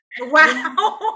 wow